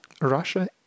Russia